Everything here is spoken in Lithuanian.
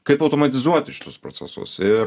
kaip automatizuoti šituos procesus ir